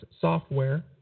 software –